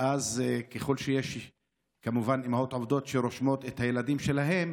ככל שיש יותר אימהות עובדות שרושמות את הילדים שלהם,